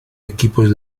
equipos